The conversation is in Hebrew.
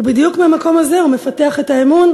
ובדיוק מהמקום זה הוא מפתח את האמון,